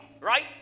right